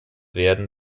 werden